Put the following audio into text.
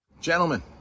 gentlemen